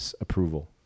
approval